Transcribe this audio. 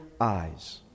eyes